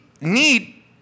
need